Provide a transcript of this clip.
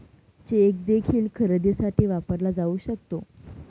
check देखील खरेदीसाठी वापरला जाऊ शकतो